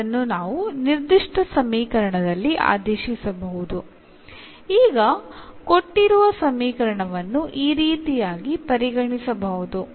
അതിനാൽ നൽകിയ സമവാക്യം ഇപ്പോൾ എന്നായി പരിഗണിക്കും